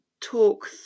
talk